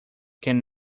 can